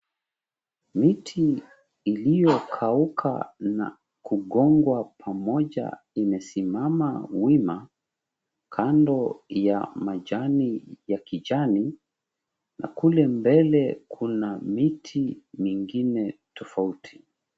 Mti iliyokauka na kugongwa pamoja umesimama wima kando ya majani ya kijani na kule mbele kuna miti mingine tofauti.